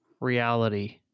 reality